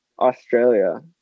Australia